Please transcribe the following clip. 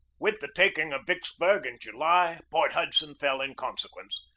with the taking of vicksburg in july, port hud son fell in consequence.